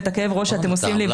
ואת כאב הראש שאתם עושים לי,